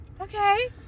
okay